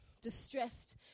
distressed